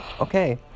Okay